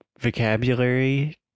vocabulary